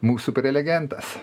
mūsų prelegentas